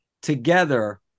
together